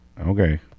Okay